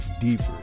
deeper